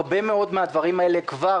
הרבה מאוד מן הדברים האלה כבר,